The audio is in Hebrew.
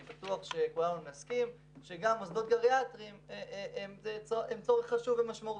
אני בטוח שכולנו נסכים שגם מוסדות גריאטריים הם צורך חשוב ומשמעותי,